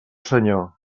senyor